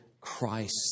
Christ